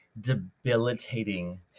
debilitating